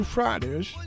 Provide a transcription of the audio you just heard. Fridays